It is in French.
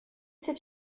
c’est